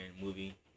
movie